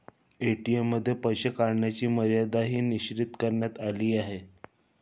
ATM मध्ये पैसे काढण्याची मर्यादाही निश्चित करण्यात आली आहे